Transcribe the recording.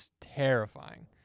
terrifying